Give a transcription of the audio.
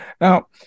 Now